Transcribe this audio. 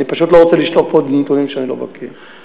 אני פשוט לא רוצה לשלוף פה נתונים שאני לא בקי בהם.